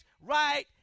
right